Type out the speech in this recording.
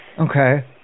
Okay